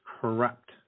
corrupt